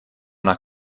una